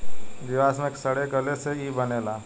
जीवाश्म के सड़े गले से ई बनेला